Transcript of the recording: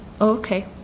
okay